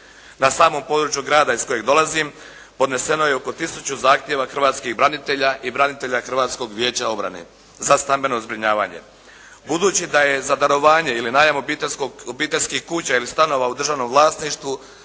Na samom području grada iz kojeg dolazim, podneseno je oko tisuću zahtjeva Hrvatskih branitelja i branitelja Hrvatskog vijeća obrane za stambeno zbrinjavanje. Budući da je za darovanje ili najam obiteljskih kuća ili stanova u državnom vlasništvu